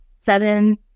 seven